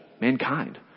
mankind